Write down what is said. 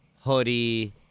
hoodie